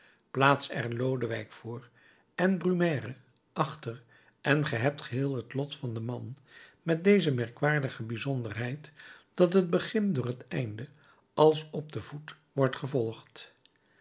plaats er lodewijk voor en brumaire achter en ge hebt geheel het lot van den man met deze merkwaardige bijzonderheid dat het begin door het einde als op den voet wordt gevolgd